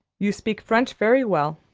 you speak french very well,